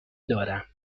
دارم